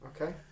Okay